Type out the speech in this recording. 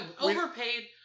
overpaid